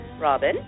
Robin